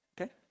Okay